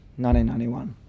1991